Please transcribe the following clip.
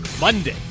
Monday